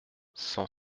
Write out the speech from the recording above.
cent